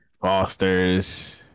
fosters